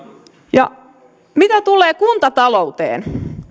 mitä tulee kuntatalouteen